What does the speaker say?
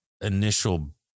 initial